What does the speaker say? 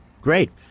Great